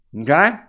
Okay